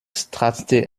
stratzte